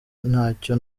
ntacyo